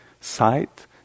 sight